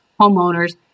homeowners